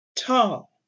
tall